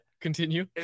continue